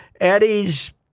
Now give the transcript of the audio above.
Eddie's